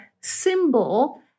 symbol